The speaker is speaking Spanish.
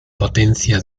potencia